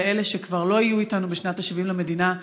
לאלה שכבר לא יהיו איתנו בשנת ה-70 למדינה,